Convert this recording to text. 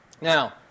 Now